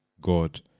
God